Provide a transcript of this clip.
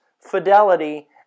fidelity